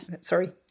sorry